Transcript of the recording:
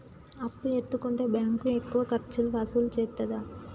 అప్పు ఎత్తుకుంటే బ్యాంకు ఎక్కువ ఖర్చులు వసూలు చేత్తదా?